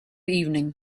evening